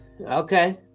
Okay